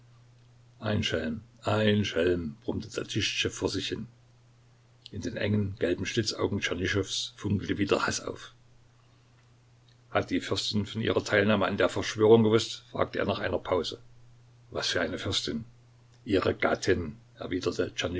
ein schelm ein schelm brummte tatischtschew vor sich hin in den engen gelben schlitzaugen tschernyschows funkelte wieder haß auf hat die fürstin von ihrer teilnahme an der verschwörung gewußt fragte er nach einer pause was für eine fürstin ihre gattin erwiderte